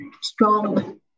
strong